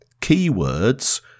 keywords